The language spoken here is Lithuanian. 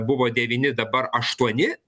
buvo devyni dabar aštuoni